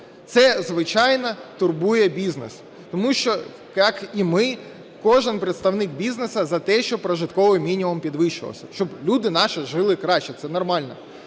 Це, звичайно, турбує бізнес, тому що як і ми, кожен представник бізнесу за те, щоб прожитковий мінімум підвищувався, щоб люди наші жили краще і це нормально.